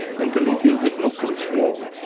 and delete the original glitched wall,